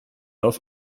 auf